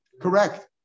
Correct